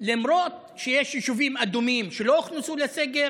למרות שיש יישובים אדומים שלא הוכנסו לסגר,